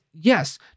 yes